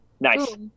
Nice